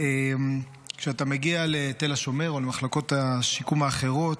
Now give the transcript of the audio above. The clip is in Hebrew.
וכשאתה מגיע לתל השומר או למחלקות השיקום האחרות,